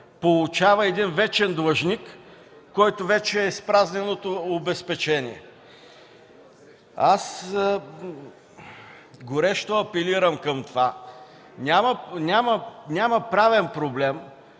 получава един вечен длъжник, който вече е изпразнен от обезпечение. Аз горещо апелирам към това – няма правен проблем